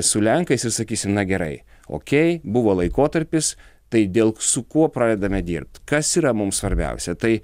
su lenkais ir sakysim na gerai okei buvo laikotarpis tai dėl su kuo pradedame dirbt kas yra mums svarbiausia tai